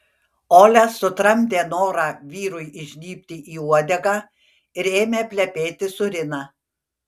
olia sutramdė norą vyrui įžnybti į uodegą ir ėmė plepėti su rina